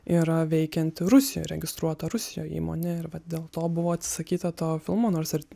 yra veikianti rusijoj registruota rusijoj įmonėj ir vat dėl to buvo atsisakyta to filmo nors ir